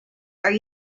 are